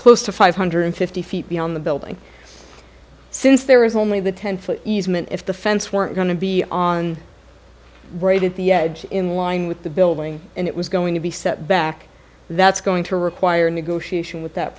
close to five hundred fifty feet beyond the building since there is only the ten foot easement if the fence were going to be on the edge in line with the building and it was going to be set back that's going to require negotiation with that